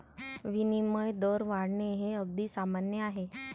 विनिमय दर वाढणे हे अगदी सामान्य आहे